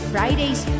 Fridays